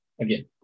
again